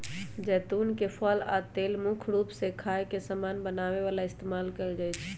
जैतुन के फल आ तेल मुख्य रूप से खाए के समान बनावे ला इस्तेमाल कएल जाई छई